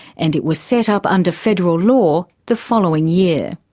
and it was set up under federal law the following year.